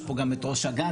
יש פה גם את ראש אג"ת.